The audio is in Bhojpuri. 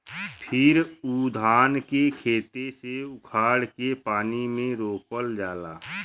फिर उ धान के खेते से उखाड़ के पानी में रोपल जाला